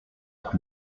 tak